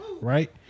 right